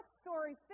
story